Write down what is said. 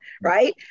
Right